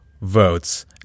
votes